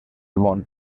món